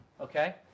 okay